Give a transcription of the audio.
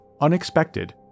unexpected